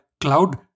cloud